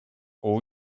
all